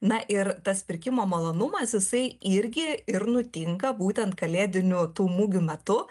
na ir tas pirkimo malonumas jisai irgi ir nutinka būtent kalėdinių tų mugių metu